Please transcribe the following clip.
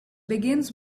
begins